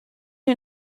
you